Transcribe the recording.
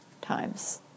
times